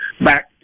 back